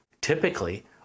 typically